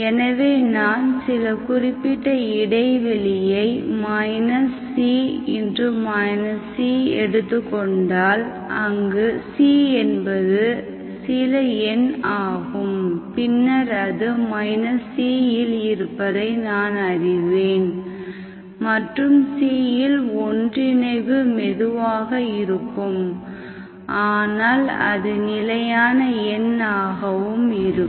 எனவே நான் சில குறிப்பிட்ட இடைவெளியை c c எடுத்துக் கொண்டால் அங்கு c என்பது சில எண் ஆகும் பின்னர் அது இல் இருப்பதை நான் அறிவேன் மற்றும் c இல் ஒன்றிணைவு மெதுவாக இருக்கும் ஆனால் அது நிலையான எண் ஆகவும் இருக்கும்